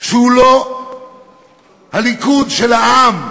שהוא לא הליכוד של העם,